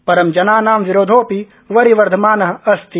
परं जनानां विरोधोऽपि वरिवर्धमान अस्ति